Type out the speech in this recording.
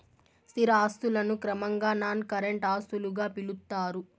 స్థిర ఆస్తులను క్రమంగా నాన్ కరెంట్ ఆస్తులుగా పిలుత్తారు